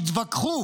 התווכחו